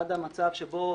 עד המצב שבו